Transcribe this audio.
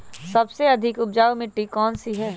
सबसे अधिक उपजाऊ मिट्टी कौन सी हैं?